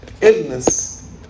Illness